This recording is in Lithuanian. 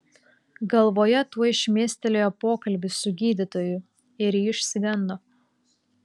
galvoje tuoj šmėstelėjo pokalbis su gydytoju ir ji išsigando